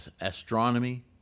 astronomy